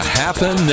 happen